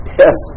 yes